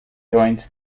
joins